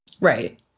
Right